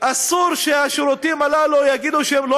אסור שהשירותים הללו יגידו שהם לא